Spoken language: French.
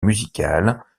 musicales